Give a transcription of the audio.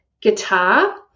guitar